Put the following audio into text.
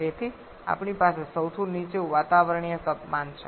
તેથી આપણી પાસે સૌથી નીચું વાતાવરણીય તાપમાન છે